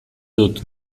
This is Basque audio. dut